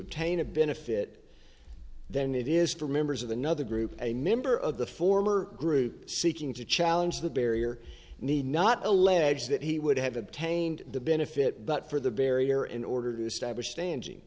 obtain a benefit then it is for members of the nother group a member of the former group seeking to challenge the barrier need not allege that he would have obtained the benefit but for the barrier in order to establish standing